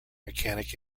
mechanic